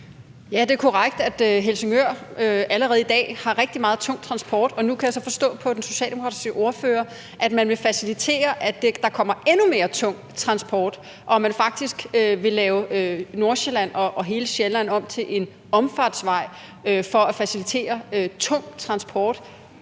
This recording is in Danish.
Ja, det er korrekt, at Helsingør allerede i dag har rigtig meget tung transport, og nu kan jeg så forstå på den socialdemokratiske ordfører, at man vil facilitere, at der kommer endnu mere tung transport, og at man faktisk vil lave Nordsjælland og hele Sjælland om til en omfartsvej for at facilitere tung transport